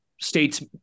states